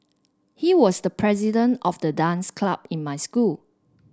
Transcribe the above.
he was the president of the dance club in my school